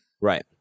Right